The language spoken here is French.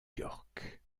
york